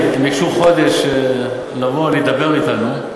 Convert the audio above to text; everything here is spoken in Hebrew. הם ביקשו חודש לבוא להידבר אתנו.